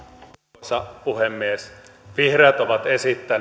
arvoisa puhemies vihreät ovat esittäneet kela